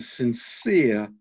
sincere